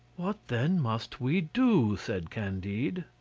what then must we do? said candide.